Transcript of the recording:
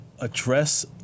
address